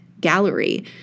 gallery